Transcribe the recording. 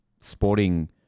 sporting